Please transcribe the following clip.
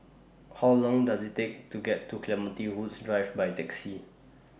How Long Does IT Take to get to Clementi Woods Drive By Taxi